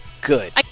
Good